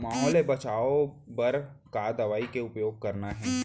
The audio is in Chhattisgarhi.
माहो ले बचाओ बर का दवई के उपयोग करना हे?